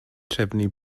trefnu